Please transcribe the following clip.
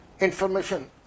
information